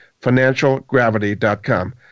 financialgravity.com